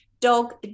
dog